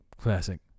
classic